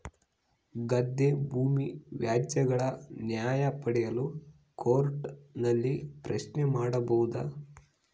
ಗದ್ದೆ ಭೂಮಿ ವ್ಯಾಜ್ಯಗಳ ನ್ಯಾಯ ಪಡೆಯಲು ಕೋರ್ಟ್ ನಲ್ಲಿ ಪ್ರಶ್ನೆ ಮಾಡಬಹುದಾ?